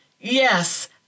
Yes